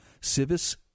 Civis